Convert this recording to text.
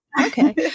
Okay